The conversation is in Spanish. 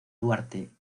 duarte